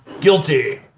guilty!